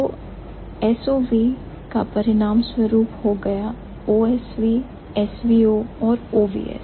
तो SOV का परिणामस्वरूप हो गया OSV SVO और OVS